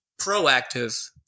proactive